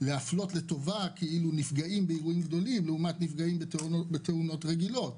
להפלות לטובה נפגעים באירועים גדולים לעומת נפגעים בתאונות רגילות?